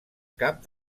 cap